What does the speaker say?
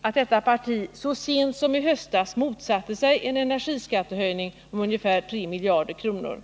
att detta parti så sent som i höstas motsatte sig en energiskattehöjning om ungefär 3 miljarder kronor.